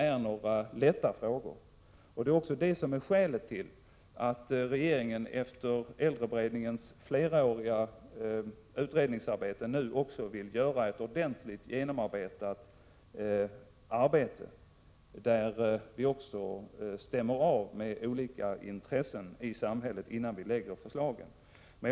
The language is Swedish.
Det är också skälet till att regeringen nu, efter äldreberedningens fleråriga utredningsarbete, vill göra ett ordentligt arbete, där vi stämmer av med olika intressen i samhället innan vi lägger fram förslagen.